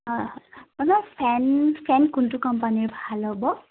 হয় আপোনাৰ fan fan কোনটো কোম্পানীৰ ভাল হ'ব